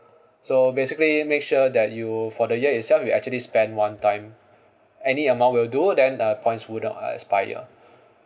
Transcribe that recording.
so basically make sure that you for the year itself you actually spend one time any amount will do then uh points would not expire